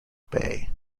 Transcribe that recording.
bay